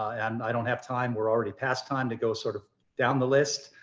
i don't have time. we're already past time to go sort of down the list.